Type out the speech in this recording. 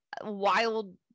wild